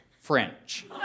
French